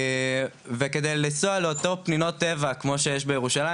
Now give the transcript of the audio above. וכדי לנסוע לאותן פנינות טבע כמו שיש בירושלים,